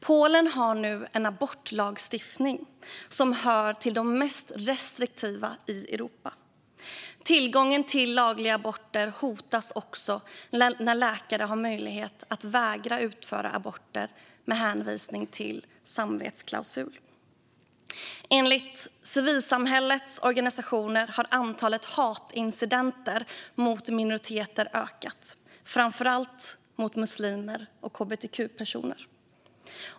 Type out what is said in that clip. Polen har nu en abortlagstiftning som hör till de mest restriktiva i Europa. Tillgången till lagliga aborter hotas också då läkare har möjlighet att vägra utföra aborter med hänvisning till en samvetsklausul. Enligt civilsamhällets organisationer har antalet hatincidenter mot minoriteter ökat, framför allt mot muslimer och hbtq-personer.